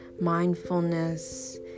mindfulness